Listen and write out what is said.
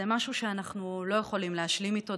זה משהו שאנחנו לא יכולים להשלים איתו.